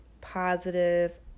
positive